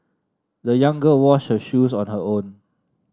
the young girl washed her shoes on her own